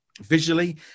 Visually